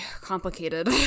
complicated